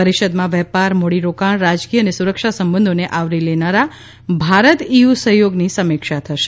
પરિષદમાં વેપાર મૂડીરોકાણ રાજકીય અને સુરક્ષા સંબંધોને આવરી લેનારા ભારત ઇયુ સહયોગની સમીક્ષા થશે